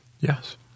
Yes